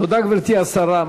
תודה, גברתי השרה.